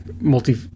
multi